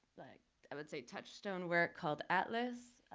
like i would say touchstone work called atlas,